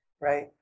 right